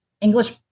English